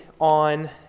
on